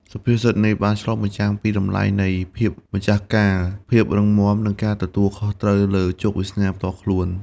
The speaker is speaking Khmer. សុភាសិតនេះបានឆ្លុះបញ្ចាំងពីតម្លៃនៃភាពម្ចាស់ការ ភាពរឹងមាំ និងការទទួលខុសត្រូវលើជោគវាសនាផ្ទាល់ខ្លួន។